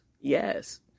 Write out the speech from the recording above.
Yes